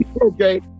Okay